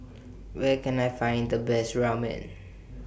Where Can I Find The Best Ramen